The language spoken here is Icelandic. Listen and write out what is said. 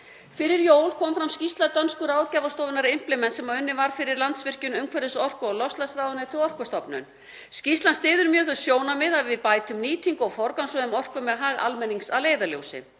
Fyrir jól kom fram skýrsla dönsku ráðgjafarstofunnar Impliment sem unnin var fyrir Landsvirkjun, umhverfis-, orku- og loftslagsráðuneytið og Orkustofnun. Skýrslan styður mjög þau sjónarmið að við bætum nýtingu og forgangsröðun orku með hag almennings að leiðarljósi.